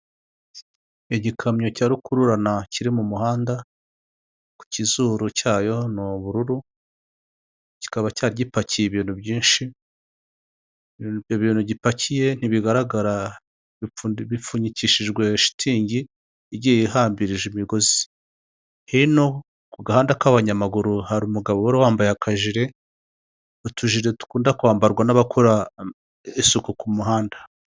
Igikamyo cya rukururana kiri mu muhanda, ku kizuru cyayo ni ubururu, kikaba cyari gipakiye ibintu byinshi, ibyo bintu gipakiye ntibigaragara bipfunyikishijwe shitingi, igiye ihambirije imigozi. Hino ku gahanda k'abanyamaguru, hari umugabo wari wambaye akajire, utujire dukunda kwambarwa n'abakora isuku ku muhanda.